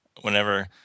whenever